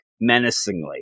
menacingly